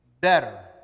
better